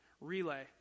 Relay